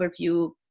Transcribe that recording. overview